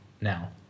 now